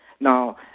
Now